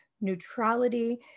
neutrality